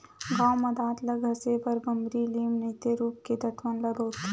गाँव म दांत ल घसे बर बमरी, लीम नइते रूख के दतवन ल बउरथे